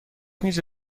میز